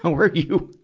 how are you,